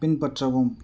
பின்பற்றவும்